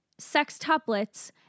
sextuplets